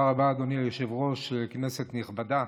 אדוני היושב-ראש, כנסת נכבדה,